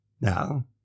Now